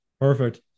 Perfect